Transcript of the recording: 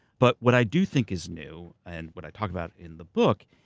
but what i do think is new, and what i talk about in the book,